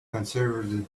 conservative